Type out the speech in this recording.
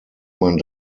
man